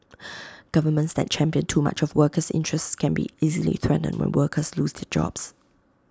governments that champion too much of workers' interests can be easily threatened when workers lose their jobs